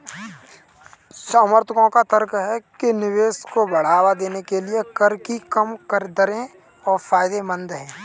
समर्थकों का तर्क है कि निवेश को बढ़ावा देने के लिए कर की कम दरें फायदेमंद हैं